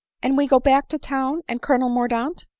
and we go back to town and colonel mordaunt?